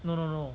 no no no